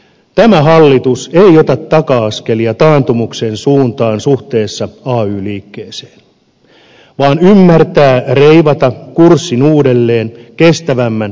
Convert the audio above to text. tämä hallitus ei ota taka askelia taantumuksen suuntaan suhteessa ay liikkeeseen vaan ymmärtää reivata kurssin uudelleen kestävämmän yhteistyön suuntaan